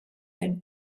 been